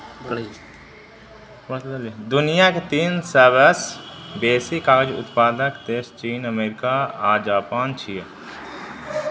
दुनिया के तीन सबसं बेसी कागज उत्पादक देश चीन, अमेरिका आ जापान छियै